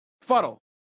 Fuddle